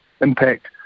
impact